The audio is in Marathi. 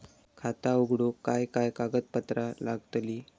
खाता उघडूक काय काय कागदपत्रा लागतली?